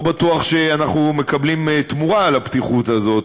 לא בטוח שאנחנו מקבלים תמורה על הפתיחות הזאת,